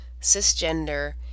cisgender